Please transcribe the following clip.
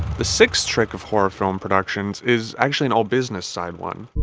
the sixth trick of horror film productions is actually an all-business-side one.